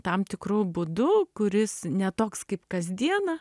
tam tikru būdu kuris ne toks kaip kasdieną